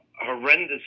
horrendous